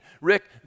Rick